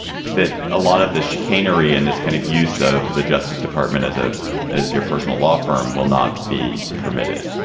that a lot of this chicanery and this kind of use of the justice department as a as your personal law firm will not be permitted